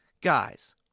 Guys